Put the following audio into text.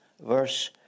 verse